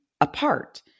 apart